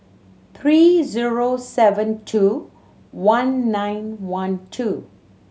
three zero seven two one nine one two